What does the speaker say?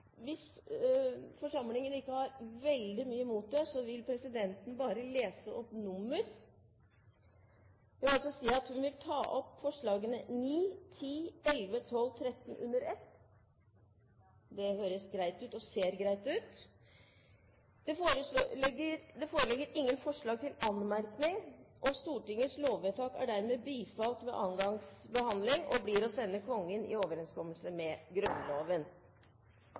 Hvis forsamlingen ikke har veldig mye imot det, vil presidenten nå foreta en samlet behandling av disse sakene. Det vil altså si at vi voterer over disse sakene samlet. – Det anses vedtatt. Det foreligger ingen forslag til anmerkning til noen av lovvedtakene, fra og med lovvedtak 3 til og med lovvedtak 7. Stortingets lovvedtak er dermed bifalt ved andre gangs behandling, og samtlige blir å sende Kongen i overensstemmelse med Grunnloven.